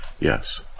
Yes